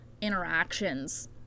interactions